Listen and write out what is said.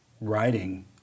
writing